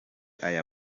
aya